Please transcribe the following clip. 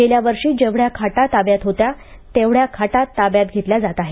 गेल्या वर्षी जेवढ्या खाटा ताब्यात होत्या तेवढ्या खाटा ताब्यात घेतल्या जात आहेत